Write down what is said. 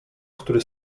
który